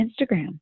Instagram